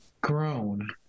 Grown